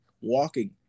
walking